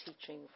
teaching